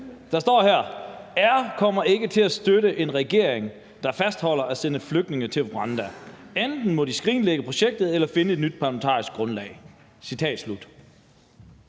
der står her: »R kommer ikke til at støtte en regering, der fastholder at sende flygtninge til Rwanda. Enten må de skrinlægge projektet eller finde et nyt parlamentarisk grundlag.« Det